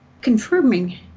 confirming